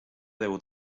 déu